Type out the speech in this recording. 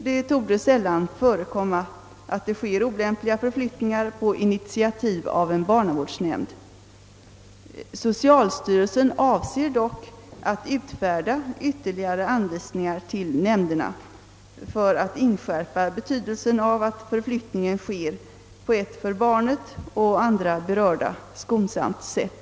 Det torde sällan förekomma att det sker olämpliga förflyttningar på initiativ av en barnavårdsnämnd. Socialstyrelsen avser dock att utfärda ytterligare anvisningar till nämnderna för att inskärpa betydelsen av att förflyttningen sker på ett för barnet och andra berörda skonsamt sätt.